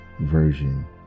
version